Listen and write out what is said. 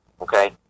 okay